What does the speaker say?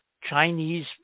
Chinese